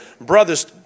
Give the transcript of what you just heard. brothers